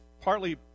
partly